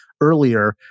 earlier